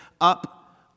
up